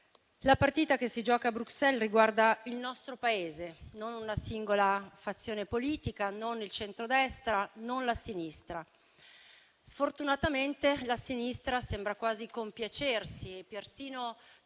La partita che si gioca a Bruxelles riguarda il nostro Paese, non una singola fazione politica, non il centrodestra, non la sinistra. Sfortunatamente, la sinistra sembra quasi compiacersi e persino